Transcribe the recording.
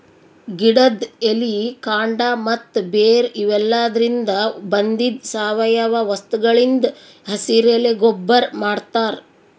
ಗಿಡದ್ ಎಲಿ ಕಾಂಡ ಮತ್ತ್ ಬೇರ್ ಇವೆಲಾದ್ರಿನ್ದ ಬಂದಿದ್ ಸಾವಯವ ವಸ್ತುಗಳಿಂದ್ ಹಸಿರೆಲೆ ಗೊಬ್ಬರ್ ಮಾಡ್ತಾರ್